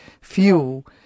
fuel